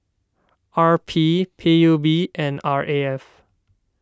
R P P U B and R A F